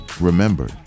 Remember